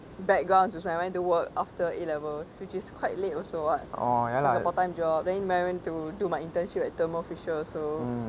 backgrounds was when I went to work after A levels which is quite late also [what] part time job then when I went to do my internship at thermo fisher also